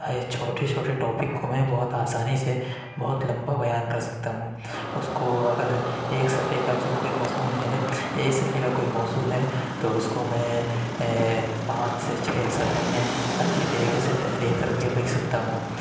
چھوٹے چھوٹے ٹاپک کو میں بہت آسانی سے بہت لمبا بیان کر سکتا ہوں اس کو اگر ایک صفحے کا کوئی مضمون ہے ایک صفحے کا کوئی موضوع ہے تو اس کو میں پانچ سے چھ صفحے میں اچھے طریقے سے تحریر کر کے لکھ سکتا ہوں